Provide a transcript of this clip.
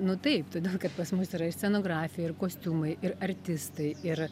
nu taip todėl kad pas mus yra ir scenografija ir kostiumai ir artistai ir